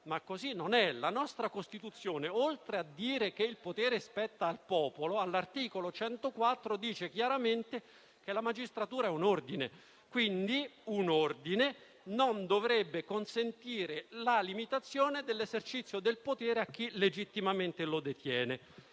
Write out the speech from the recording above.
Ma così non è. La nostra Costituzione, oltre a dire che il potere spetta al popolo, all'articolo 104 dice chiaramente che la magistratura è un ordine. Quindi, un ordine non dovrebbe consentire la limitazione dell'esercizio del potere a chi legittimamente lo detiene.